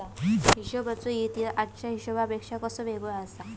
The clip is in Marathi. हिशोबाचो इतिहास आजच्या हिशेबापेक्षा कसो वेगळो आसा?